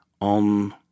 on